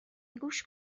گوش